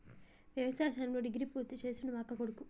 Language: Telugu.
వ్యవసాయ శాస్త్రంలో డిగ్రీ పూర్తి చేసిండు మా అక్కకొడుకు